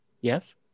Yes